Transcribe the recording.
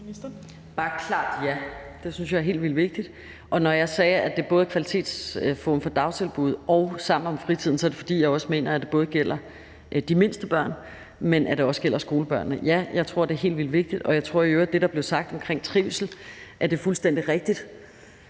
er et klart ja. Det synes jeg er helt vildt vigtigt. Og når jeg sagde, at det både er Kvalitetsforum for dagtilbud og »Sammen om Fritiden«, er det, fordi jeg også mener, at det både gælder de mindste børn, men også gælder skolebørnene. Ja, jeg tror, det er helt vildt vigtigt. Og jeg tror i øvrigt i forhold til det, der blev sagt om trivsel, at det er fuldstændig rigtigt,